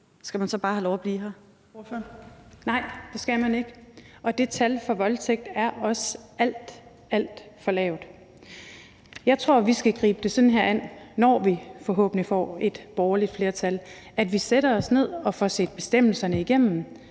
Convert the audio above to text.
Kl. 16:04 Britt Bager (KF): Nej, det skal man ikke, og det tal for voldtægt er også alt, alt for lavt. Jeg tror, vi skal gribe det sådan an, når vi forhåbentlig får et borgerligt flertal, at vi sætter os ned og får set bestemmelserne igennem